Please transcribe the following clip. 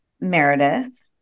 Meredith